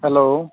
hello